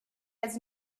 has